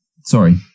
sorry